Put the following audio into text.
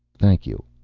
thank you.